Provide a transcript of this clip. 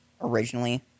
Originally